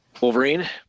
Wolverine